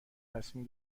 تصمیم